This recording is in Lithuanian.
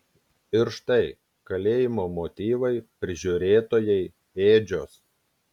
ir štai kalėjimo motyvai prižiūrėtojai ėdžios